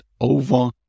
over